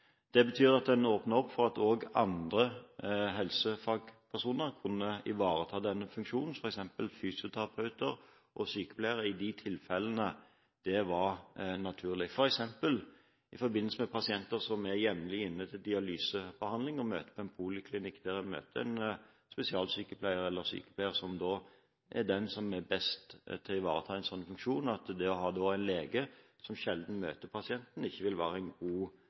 Det betyr at man åpner opp for at andre helsefagpersoner kan ivareta denne funksjonen, f.eks. fysioterapeuter og sykepleiere i de tilfellene det er naturlig. Et eksempel kan være pasienter som jevnlig er inne til dialysebehandling ved poliklinikk og møter en spesialsykepleier, eller sykepleier, som er den som best kan ivareta en slik funksjon, fordi det å ha en lege der, som sjelden møter pasienten, til å ivareta en slik funksjon, ikke ville være en god